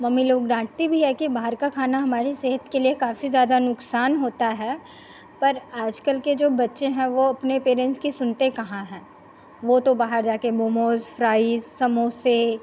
mummy लोग डाँटती भी हैं कि बाहर का खाना हमारे सेहत के लिए काफी ज्यादा नुकसान होता है पर आजकल के जो बच्चे हैं वो अपने पेरेंट्स की सुनते कहाँ हैं वो तो बाहर जाकर मोमोज फ्राइज समोसे